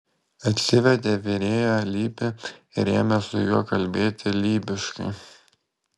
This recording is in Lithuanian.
atsivedė virėją lybį ir ėmė su juo kalbėti lybiškai